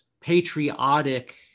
patriotic